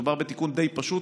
מדובר בתיקון די פשוט,